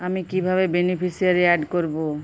আমি কিভাবে beneficiary add করব?